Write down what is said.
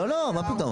לא, מה פתאום.